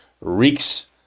Reeks